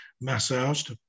massaged